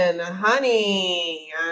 honey